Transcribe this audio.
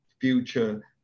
future